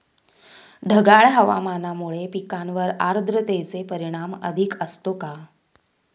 ढगाळ हवामानामुळे पिकांवर आर्द्रतेचे परिणाम अधिक असतो का?